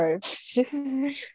Sorry